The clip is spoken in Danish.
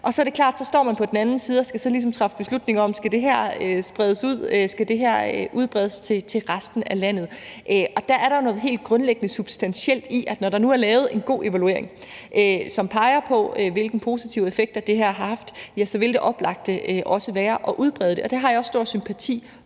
og så er det klart, at så står man på den anden side og skal ligesom træffe beslutning om, om det her skal udbredes til resten af landet. Og der er der noget helt grundlæggende substantielt i, at når der nu er lavet en god evaluering, som peger på, hvilke positive effekter det her har haft, ja, så vil det oplagte også være at udbrede det, og det har jeg også stor sympati